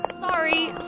Sorry